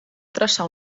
traçar